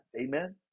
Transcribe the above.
Amen